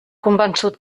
convençut